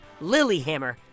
Lilyhammer